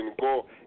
go